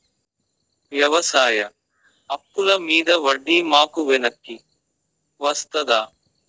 వ్యవసాయ అప్పుల మీద వడ్డీ మాకు వెనక్కి వస్తదా?